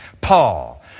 Paul